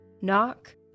Knock